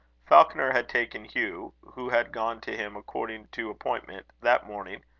falconer had taken hugh, who had gone to him according to appointment that morning,